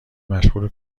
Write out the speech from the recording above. مشغول